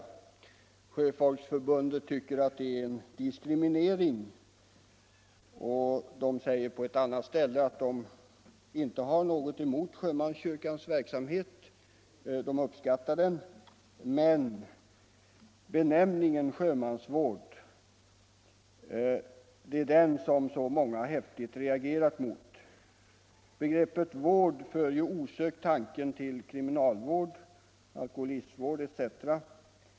Sjöfolksförbundet tycker att det är en diskriminering. I en artikel i tidningen Sjömannen heter det att förbundet inte har något emot sjömanskyrkans verksamhet utan uppskattar den. ”Nej, det är benämningen sjö mans vård som så många häftigt reagerat mot. Begreppet vård för ju osökt tanken till kriminalvård, alkoholistvård etc.